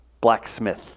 blacksmith